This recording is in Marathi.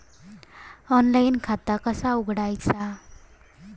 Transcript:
ऑनलाइन खाता कसा उघडायचा?